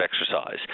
exercise